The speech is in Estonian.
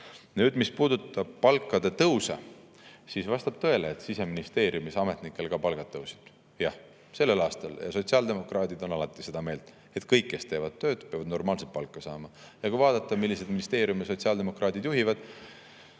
Mis puudutab palkade tõusu, siis vastab tõele, et Siseministeeriumis ametnikel palgad tõusid. Jah, sellel aastal. Sotsiaaldemokraadid on alati seda meelt, et kõik, kes teevad tööd, peavad normaalset palka saama. Ja kui vaadata, milliseid ministeeriume sotsiaaldemokraadid juhivad,